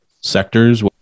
sectors